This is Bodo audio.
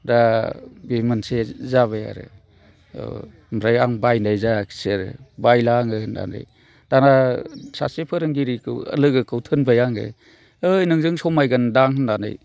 दा बे मोनसे जाबाय आरो ओमफ्राय आं बायनाय जायाखिसै आरो बायला आङो होननानै दाना सासे फोरोंगिरिखौ लोगोखौ थिनबाय आङो ऐ नोंजों समायगोनदां होननानै